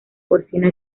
porcino